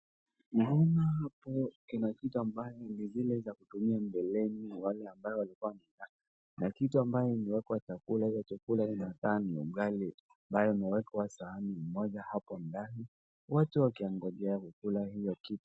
Naona hapo kuna kitu ambaye ni zile za kutumia mbeleni na wale ambao walikuwa ,na kitu ambayo imewekwa chakula, iyo chakula inakaa ni ugali ambayo imewekwa sahani moja hapo ndani, watu wakiongojea kukula hiyo kitu.